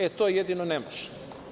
E to jedino ne može.